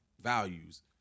Values